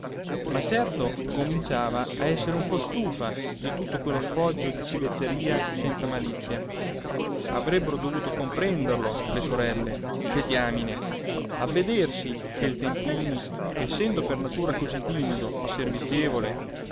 ma certo cominciava a essere un po stufa di tutto quello sfoggio di civetteria senza malizia avrebbero dovuto comprenderlo le sorelle che diamine avvedersi che il tempini essendo per natura così timido e servizievole